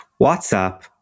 WhatsApp